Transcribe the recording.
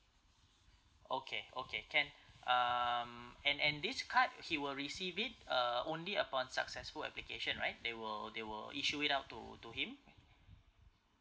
okay okay can um and and this card he will receive it uh only upon successful application right they will they will issue it out to to him